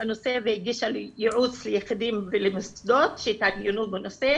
והגישה ייעוץ ליחידים ולמוסדות שהתעניינו בנושא